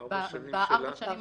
בארבע השנים הנוספות.